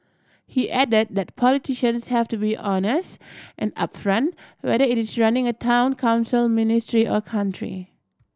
he added that politicians have to be honest and upfront whether it is running a Town Council ministry or country